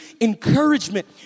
encouragement